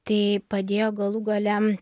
tai padėjo galų gale